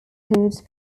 bathurst